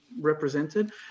represented